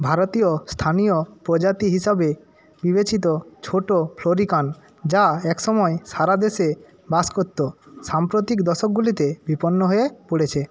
ভারতীয় স্থানীয় প্রজাতি হিসাবে বিবেচিত ছোটো ফ্লোরিকান যা একসময় সারা দেশে বাস করতো সাম্প্রতিক দশকগুলিতে বিপন্ন হয়ে পড়েছে